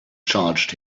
charged